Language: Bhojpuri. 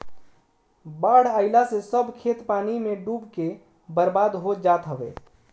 बाढ़ आइला से सब खेत पानी में डूब के बर्बाद हो जात हवे